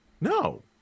No